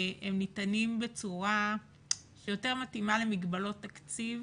הם ניתנים בצורה שיותר מתאימה למגבלות תקציב